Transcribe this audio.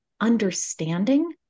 understanding